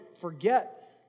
forget